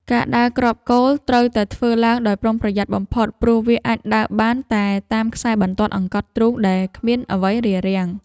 ការដើរគ្រាប់គោល ត្រូវតែធ្វើឡើងដោយប្រុងប្រយ័ត្នបំផុតព្រោះវាអាចដើរបានតែតាមខ្សែបន្ទាត់អង្កត់ទ្រូងដែលគ្មានអ្វីរារាំង។